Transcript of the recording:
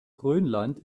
grönland